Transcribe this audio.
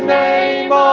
name